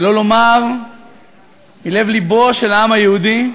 שלא לומר מלב-לבו של העם היהודי,